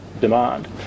demand